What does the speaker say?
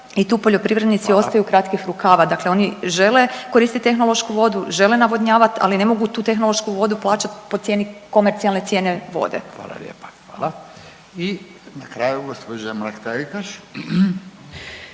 Radin: Hvala./… ostaju kratkih rukava. Dakle, oni žele koristiti tehnološku vodu, žele navodnjavat, ali ne mogu tu tehnološku vodu plaćat po cijeni komercijalne cijene vode. **Radin, Furio (Nezavisni)** Hvala lijepa, hvala. I na kraju gospođa Mrak Taritaš.